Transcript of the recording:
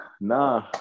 Nah